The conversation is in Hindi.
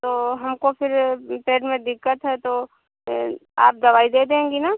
तो हमको फिर पेट में दिक्कत है तो आप दवाई दे देंगी न